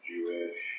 Jewish